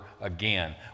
again